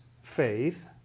faith